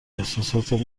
احساسات